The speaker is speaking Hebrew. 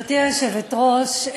גברתי היושבת-ראש,